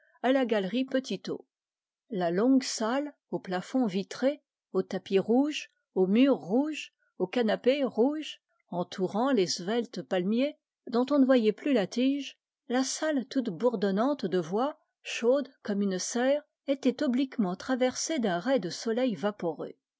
à la galerie petitot la longue salle au plafond vitré au tapis rouge aux murs rouges aux canapés rouges entourant les sveltes palmiers dont on ne voyait plus la tige la salle toute bourdonnante de voix chaude comme une serre était obliquement traversée d'un rais de soleil vaporeux